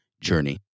journey